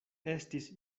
estis